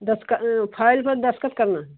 दस्तख़त फ़ाइल में दस्तख़त करना है